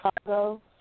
Chicago